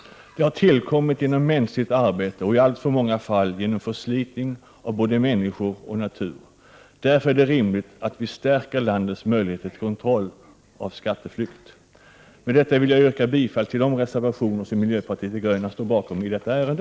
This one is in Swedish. Det har tillkommit genom mänskligt arbete och i alltför många fall genom förslitning av både människor och natur. Därför är det rimligt att vi stärker landets möjligheter till kontroll av skatteflykt. Med det anförda vill jag yrka bifall till de reservationer som miljöpartiet de gröna står bakom i detta ärende.